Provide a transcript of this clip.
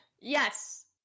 yes